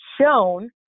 shown